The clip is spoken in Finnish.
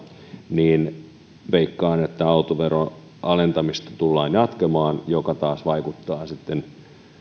niin veikkaan että autoveron alentamista tullaan jatkamaan mikä taas vaikuttaa sitten